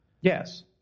Yes